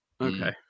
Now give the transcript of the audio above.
Okay